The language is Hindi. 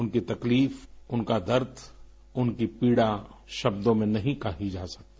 उनकी तकलीफ उनका दर्द और उनकी पीड़ा शब्दों में नहीं कही जा सकती